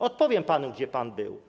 Odpowiem panu, gdzie pan był.